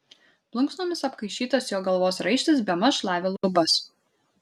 plunksnomis apkaišytas jo galvos raištis bemaž šlavė lubas